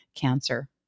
cancer